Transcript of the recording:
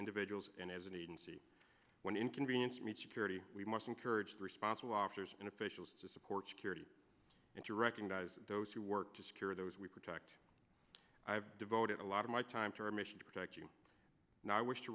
individuals and as an agency when inconvenience maturity we must encourage responsible officers and officials to support security and to recognize those who work to secure those we protect i have devoted a lot of my time to our mission to protect you and i wish to